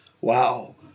Wow